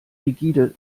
rigide